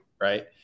right